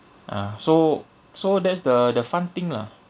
ah so so that's the the fun thing lah